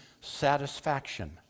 satisfaction